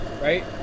right